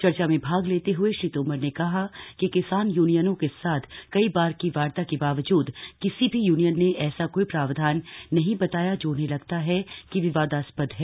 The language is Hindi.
चर्चा में भाग लेते हुए श्री तोमर ने कहा कि किसान यूनियनों के साथ कई बार की वार्ता के बावजूद किसी भी यूनियन ने ऐसा कोई प्रावधान नहीं बताया जो उन्हें लगता है कि विवादास्पद है